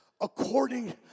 according